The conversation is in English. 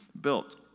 built